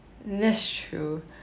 that's true